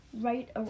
right